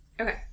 Okay